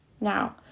Now